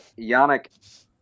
Yannick